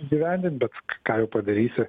įgyvendint bet ką jau padarysi